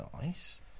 nice